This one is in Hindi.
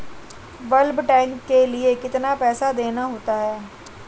बल्क टैंक के लिए कितना पैसा देना होता है?